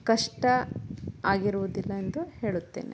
ಕಷ್ಟ ಆಗಿರುವುದಿಲ್ಲ ಎಂದು ಹೇಳುತ್ತೇನೆ